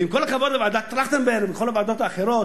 ועם כל הכבוד לוועדת-טרכטנברג ולכל הוועדות האחרות,